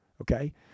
Okay